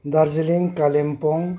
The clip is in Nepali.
दार्जिलिङ कालिम्पोङ